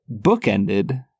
bookended